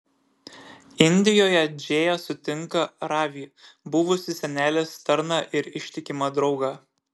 indijoje džėja sutinka ravį buvusį senelės tarną ir ištikimą draugą